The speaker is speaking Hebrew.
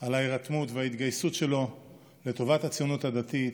על ההירתמות וההתגייסות שלו לטובת הציונות הדתית